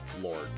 Lord